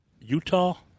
Utah